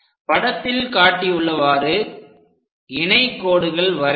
படத்தில் காட்டியுள்ளவாறு இணைகோடுகள் வரைக